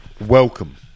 Welcome